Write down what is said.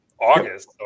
August